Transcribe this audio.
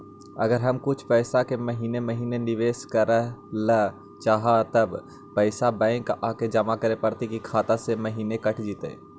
अगर हम कुछ पैसा के महिने महिने निबेस करे ल चाहबइ तब पैसा बैक आके जमा करे पड़तै कि खाता से महिना कट जितै?